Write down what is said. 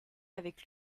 avec